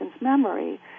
memory